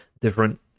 different